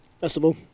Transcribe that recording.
Festival